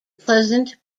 pleasant